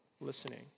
listening